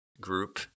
group